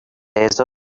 desert